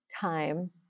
time